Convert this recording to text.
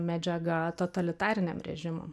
medžiaga totalitariniam režimam